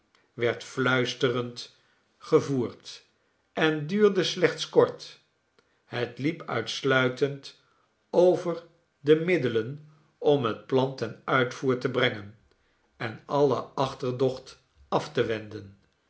ik rend gevoerd en duurde slechts kort het liep uitsluitend over de middelen om het plan ten uitvoer te brengen en alle achterdocht af te wenden